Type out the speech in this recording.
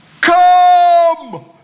come